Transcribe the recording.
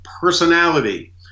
personality